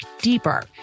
deeper